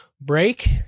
break